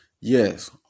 Yes